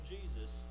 Jesus